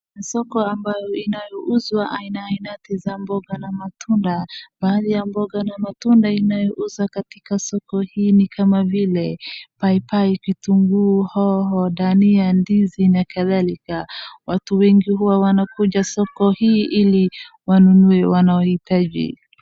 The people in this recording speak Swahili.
Soko ambayo inauza aina ainati ya mboga na matunda, baadhi ya mboga na matunda inayouzwa katika soko hii ni kama vile paipai, kitunguu, hoho, dhania, ndizi nakadhalika. Watu wengi huwa wanakuja soko hii ili wanunue wanayohitaji.